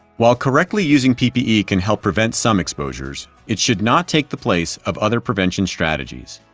while correctly using ppe can help prevent some exposures, it should not take the place of other prevention strategies.